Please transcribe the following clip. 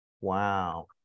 wow